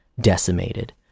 decimated